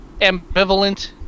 ambivalent